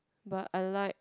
but I like